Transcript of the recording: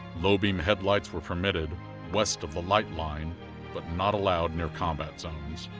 low beam headlights were permitted west of the light line but not allowed near combat zones.